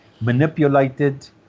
manipulated